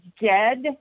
dead